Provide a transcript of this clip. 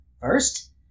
First